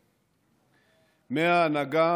מההנהגה,